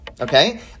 Okay